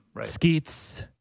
Skeets